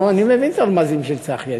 אני מבין את הרמזים של צחי,